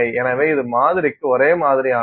எனவே இது மாதிரிக்கு ஒரே மாதிரியானது